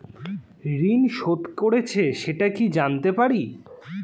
ঋণ শোধ করেছে সেটা কি জানতে পারি?